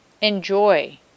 Enjoy